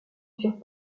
furent